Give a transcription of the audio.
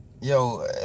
Yo